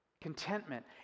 Contentment